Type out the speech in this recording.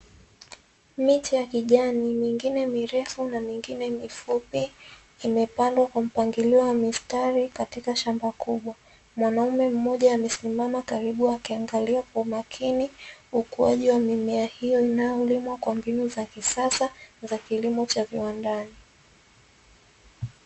Miche ya kijani mingine mirefu na mingine mifupi imepandwa kwa mpangilio wa mistari katika shamba kubwa. Mwanaume mmoja amesimama karibu akiangalia kwa umakini ukuaji wa mimea hiyo inayolimwa kwa mbinu za kisasa za kilimo cha viwandani.